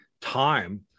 time